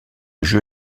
jeu